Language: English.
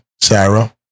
Sarah